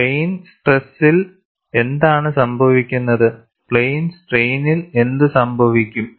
plain സ്ട്രെസിൽ എന്താണ് സംഭവിക്കുന്നത് പ്ലെയിൻ സ്ട്രെയിനിൽ എന്ത് സംഭവിക്കും